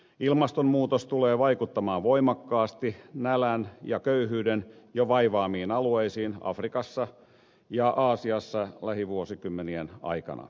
ilmastonmuutos tulee vaikuttamaan voimakkaasti nälän ja köyhyyden jo vaivaamiin alueisiin afrikassa ja aasiassa lähivuosikymmenien aikana